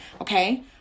Okay